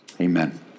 Amen